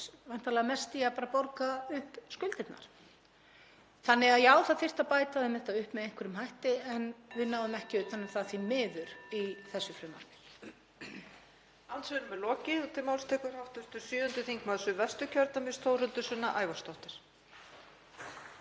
væntanlega mest í að borga upp skuldirnar. Þannig að já, það þyrfti að bæta þeim þetta upp með einhverjum hætti en við náum því miður ekki utan um það í þessu frumvarpi.